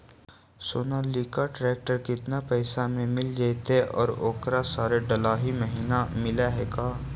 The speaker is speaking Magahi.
सोनालिका ट्रेक्टर केतना पैसा में मिल जइतै और ओकरा सारे डलाहि महिना मिलअ है का?